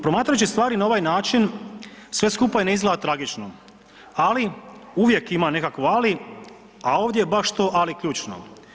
Promatrajući stvari na ovaj način, sve skupa i ne izgleda tragično, ali uvijek ima nekakvo ali, a ovdje je baš to „ali“ ključno.